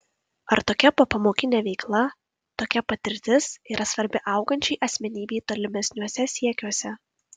ar tokia popamokinė veikla tokia patirtis yra svarbi augančiai asmenybei tolimesniuose siekiuose